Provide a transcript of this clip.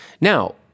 Now